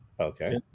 Okay